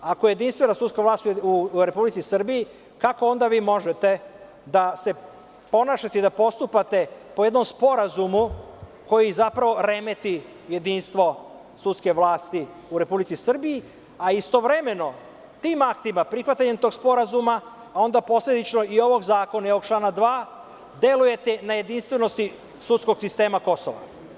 Ako je jedinstvena sudska vlast u Republici Srbiji, kako onda vi možete da se ponašate i da postupate po jednom sporazumu koji zapravo remeti jedinstvo sudske vlasti u Republici Srbiji, a istovremeno tim aktima, prihvatanjem tog sporazuma onda posledično i ovog zakona i ovog člana 2, delujete na jedinstvenosti sudskog sistema Kosova?